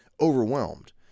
overwhelmed